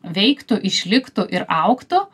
veiktų išliktų ir augtų